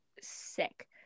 Sick